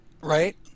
right